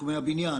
בתחומי הבנייה,